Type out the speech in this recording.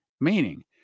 Meaning